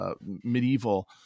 medieval